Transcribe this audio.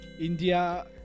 India